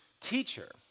teacher